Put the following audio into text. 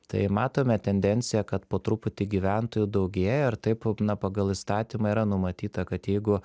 tai matome tendenciją kad po truputį gyventojų daugėja ir taip na pagal įstatymą yra numatyta kad jeigu